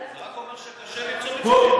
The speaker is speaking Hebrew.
זה רק אומר שקשה למצוא מסיתים,